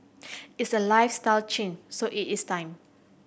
it's a lifestyle change so it is time